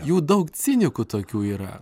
jų daug cinikų tokių yra